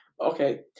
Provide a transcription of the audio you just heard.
Okay